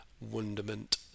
wonderment